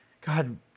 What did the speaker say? God